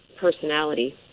personality